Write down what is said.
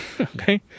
okay